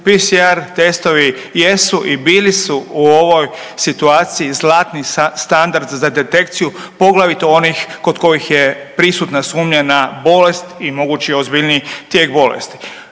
PCR testovi jesu i bili su u ovoj situaciji zlatni standard za detekciju, poglavito onih kod kojih je prisutna sumnja na bolest i mogući ozbiljniji tijek bolesti.